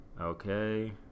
Okay